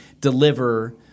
deliver